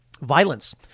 Violence